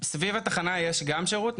סביב התחנה יש גם שרות.